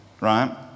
right